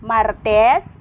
Martes